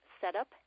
setup